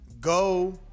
Go